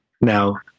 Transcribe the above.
Now